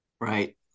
Right